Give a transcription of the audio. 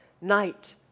Night